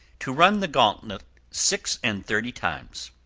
to run the gauntlet six-and-thirty times.